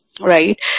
right